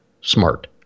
smart